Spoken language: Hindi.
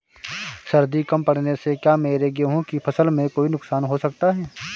सर्दी कम पड़ने से क्या मेरे गेहूँ की फसल में कोई नुकसान हो सकता है?